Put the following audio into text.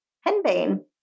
henbane